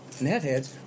Netheads